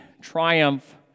triumph